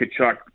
Kachuk